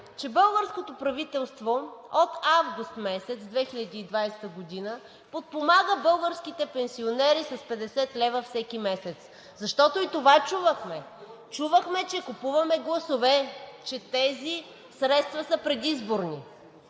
че българското правителство от месец август 2020 г. подпомага българските пенсионери с 50 лв. всеки месец? Защото и това чувахме. Чувахме, че купуваме гласове, че тези средства са предизборни.